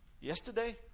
yesterday